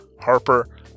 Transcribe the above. Harper